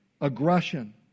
aggression